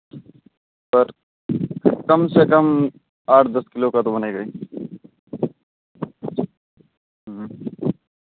पर कम से कम आठ दस किलो का तो बनेगा ही